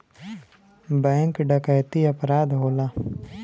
bank डकैती अपराध होला